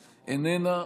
איננה,